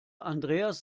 andreas